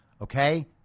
Okay